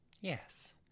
Yes